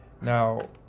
Now